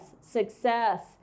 success